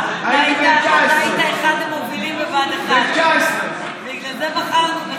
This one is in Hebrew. אני הייתי בן 19. אתה היית אחד המובילים בבה"ד 1. בגלל זה בחרנו בך.